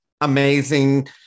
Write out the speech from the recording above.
amazing